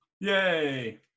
Yay